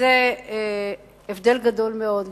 וזה הבדל גדול מאוד.